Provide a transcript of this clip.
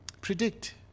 predict